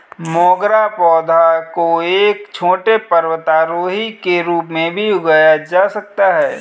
मोगरा पौधा को एक छोटे पर्वतारोही के रूप में भी उगाया जा सकता है